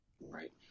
Right